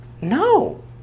No